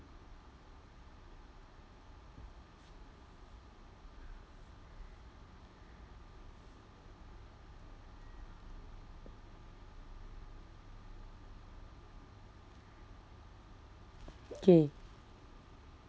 K